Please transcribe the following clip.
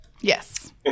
Yes